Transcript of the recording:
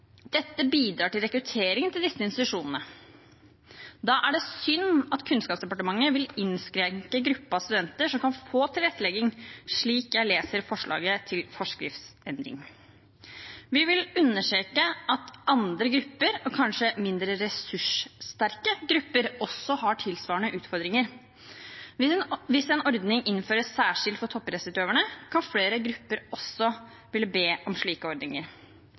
Dette bidrar til rekruttering til disse institusjonene. Da er det synd at Kunnskapsdepartementet vil innskrenke gruppen av studenter som kan få tilrettelegging, slik jeg leser forslaget til forskriftsendring. Vi vil understreke at andre grupper, kanskje mindre ressurssterke grupper, også har tilsvarende utfordringer. Hvis en ordning innføres særskilt for toppidrettsutøverne, kan flere grupper også ville be om slike ordninger.